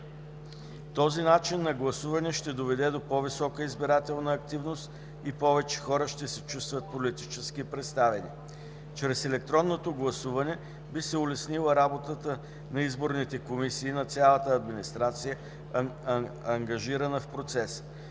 Този начин на гласуване ще доведе до по-висока избирателна активност и повече хора ще се чувстват политически представени. Чрез електронното гласуване би се улеснила работата на изборните комисии и на цялата администрация, ангажирана в процеса.